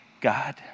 god